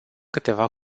câteva